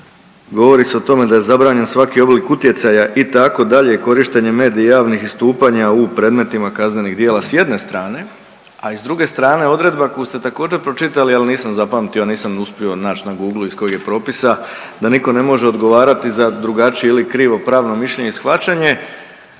govori se o tome da je zabranjen svaki oblik utjecaja itd., korištenje medija i javnih istupanja u predmetima kaznenih djela s jedne strane, a i s druge strane odredba koju ste također pročitali, ali nisam zapamtio, a nisam uspio nać na Googlu iz kog je propisa, da niko ne može odgovarati za drugačije ili krivo pravno mišljenje i shvaćanje